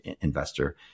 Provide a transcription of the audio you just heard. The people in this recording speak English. investor